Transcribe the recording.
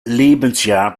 lebensjahr